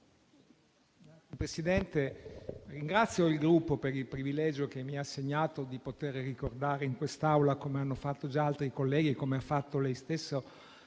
Presidente, ringrazio il mio Gruppo per il privilegio che mi ha assegnato di poter ricordare in quest'Aula, come hanno fatto già altri colleghi e come ha fatto lei stesso,